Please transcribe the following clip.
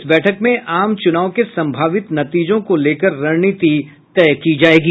इस बैठक में वे आम चुनाव के संभावित नतीजों को लेकर रणनीति भी तय की जायेगी